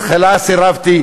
בתחילה סירבתי,